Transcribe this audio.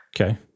okay